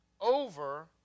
over